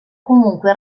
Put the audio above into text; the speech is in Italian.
comunque